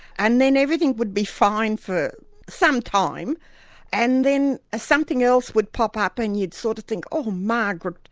and then everything would be fine for some time and then something else would pop up and you'd sort of think, oh margaret,